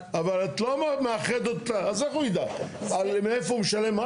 אבל את לא מאחדת, אז איך הוא ידע מאיפה הוא משלם?